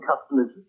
customers